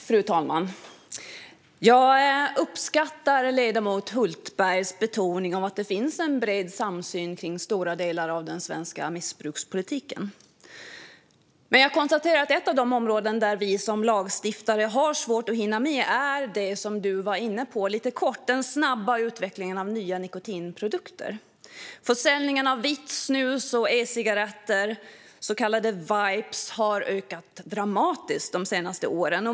Fru talman! Jag uppskattar ledamoten Hultbergs betoning av att det finns en bred samsyn om stora delar av den svenska missbrukspolitiken. Men jag konstaterar att ett av de områden där vi som lagstiftare har svårt att hinna med är det som ledamoten var inne på lite kort, nämligen den snabba utvecklingen av nya nikotinprodukter. Försäljningen av vitt snus och e-cigaretter, så kallade vapes, har ökat dramatiskt de senaste åren.